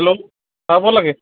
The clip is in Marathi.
हॅलो हो बोला की